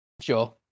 Sure